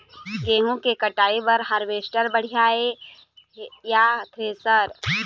गेहूं के कटाई बर हारवेस्टर बढ़िया ये या थ्रेसर?